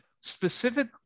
specific